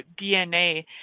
DNA